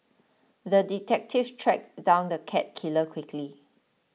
the detective tracked down the cat killer quickly